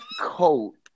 coat